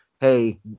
hey